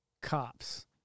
cops